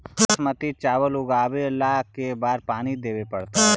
बासमती चावल उगावेला के बार पानी देवे पड़तै?